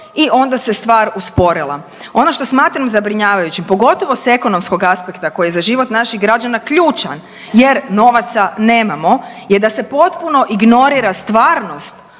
i onda se stvar usporila. Ono što smatram zabrinjavajućim, pogotovo s ekonomskog aspekta koji je za život naših građana ključan jer novaca nemamo je da se potpuno ignorira stvarnost